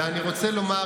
ואני רוצה לומר,